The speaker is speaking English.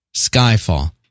Skyfall